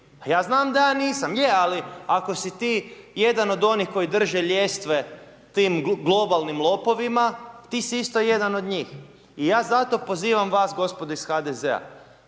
Ja znam da ja nisam, je ali ako si ti jedan od onih kojih drže ljestve tim globalnim lopovima ti si isto jedan od njih. I ja zato pozivam vas gospodo iz HDZ-a